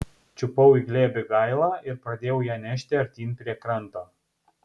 čiupau į glėbį gailą ir pradėjau ją nešti artyn prie kranto